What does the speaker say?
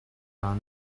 done